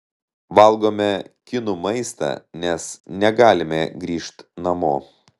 valgome kinų maistą nes negalime grįžt namo